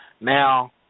Now